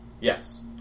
Yes